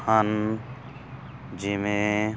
ਹਨ ਜਿਵੇਂ